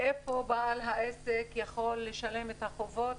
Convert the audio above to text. מאיפה בעל העסק יכול לשלם את החובות,